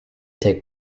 take